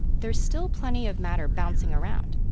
there's still plenty of matter bouncing around.